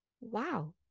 wow